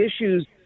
issues